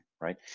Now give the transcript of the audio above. right